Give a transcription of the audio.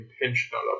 intentional